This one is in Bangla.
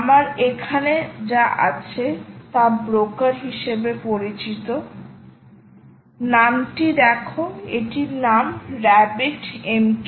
আমার এখানে যা আছে তা ব্রোকার হিসাবে পরিচিত নামটি দেখ এটির নাম রাবিট MQ